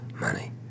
money